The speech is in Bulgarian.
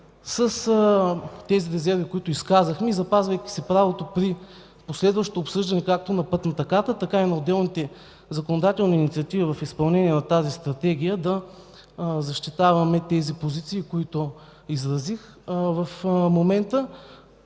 Стратегията, и запазвайки си правото при последващо обсъждане както на пътната карта, така и на отделните законодателни инициативи в изпълнение на тази Стратегия да защитаваме позициите, които изразих в момента